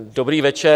Dobrý večer.